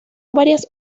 varias